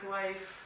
life